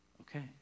okay